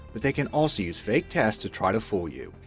but they can also use fake tests to try to fool you.